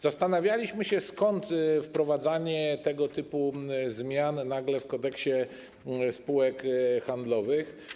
Zastanawialiśmy się, skąd wprowadzanie tego typu zmian nagle w Kodeksie spółek handlowych.